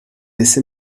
ese